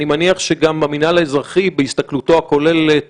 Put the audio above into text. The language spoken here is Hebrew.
אני מניח שגם במינהל האזרחי בהסתכלותו הכוללת